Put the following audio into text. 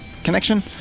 connection